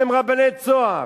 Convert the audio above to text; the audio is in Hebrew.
שהם רבני "צהר",